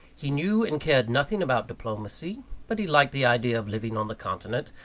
he knew and cared nothing about diplomacy but he liked the idea of living on the continent,